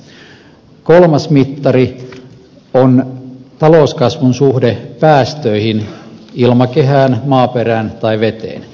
kolmas mittari on talouskasvun suhde päästöihin ilmakehään maaperään tai veteen